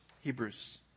Hebrews